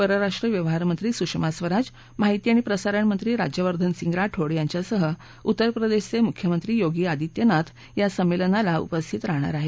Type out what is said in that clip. परराष्ट्र व्यवहारमंत्री सुषमा स्वराज माहिती आणि प्रसारणमंत्री राज्यवर्धन सिंह राठोड यांच्यासह उत्तरप्रदेशचे मुख्यमंत्री योगी आदित्यनाथ या संमेलनाला उपस्थित राहणार आहेत